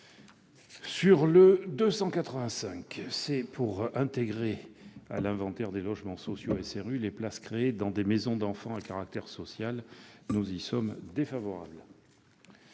285 rectifié tend à intégrer à l'inventaire des logements sociaux SRU les places créées dans des maisons d'enfants à caractère social. Nous y sommes défavorables.